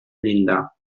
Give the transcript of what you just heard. llindar